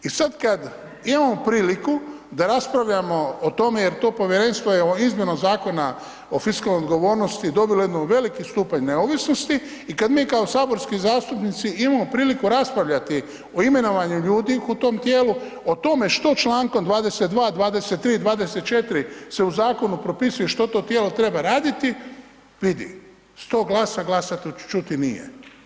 I sad kada imamo priliku da raspravljamo o tome jer to povjerenstvo je izmjenom Zakona o fiskalnoj odgovornosti dobilo jedan veliki stupanj neovisnosti i kad mi kao saborski zastupnici imamo priliku raspravljati o imenovanju ljudi u tom tijelu, o tome što člankom 22., 23., i 24. se u zakonu propisuje što to tijelo treba raditi, vidi sto glasa glasa tu čuti nije.